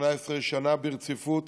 18 שנה ברציפות.